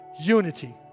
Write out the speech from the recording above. unity